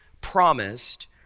promised